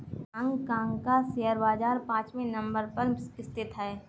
Hong Kong का share बाजार पांचवे नम्बर पर स्थित है